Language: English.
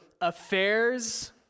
affairs